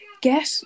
get